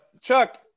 Chuck